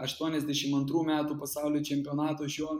aštuoniasdešim antrų metų pasaulio čempionato aš jo